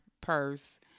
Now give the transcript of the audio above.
purse